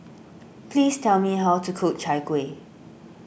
please tell me how to cook Chai Kueh